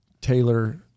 Taylor